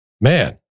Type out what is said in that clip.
Man